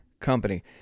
Company